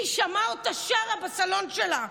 כי שמעה אותה שרה בסלון שלה,